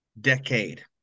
decade